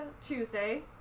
tuesday